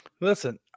Listen